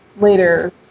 later